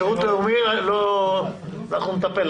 השירות הלאומי, אנחנו נטפל.